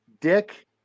Dick